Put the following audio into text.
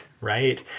right